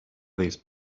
these